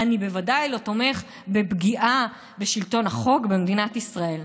אני בוודאי לא תומך בפגיעה בשלטון החוק במדינת ישראל.